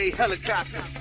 helicopter